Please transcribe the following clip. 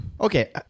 okay